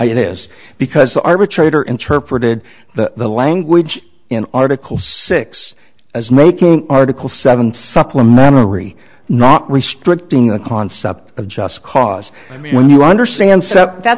this because the arbitrator interpreted the language in article six as making article seven supplementary not restricting a concept of just cause i mean when you understand cept that